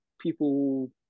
people